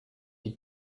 die